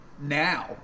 Now